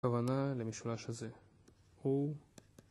כוונה למשולש הזה, הוא